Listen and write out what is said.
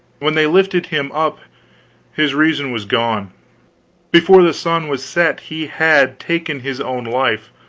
when they lifted him up his reason was gone before the sun was set, he had taken his own life.